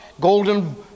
golden